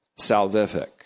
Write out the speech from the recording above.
salvific